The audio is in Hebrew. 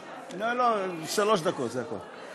לא, לא, שלוש דקות, זה הכול.